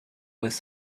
was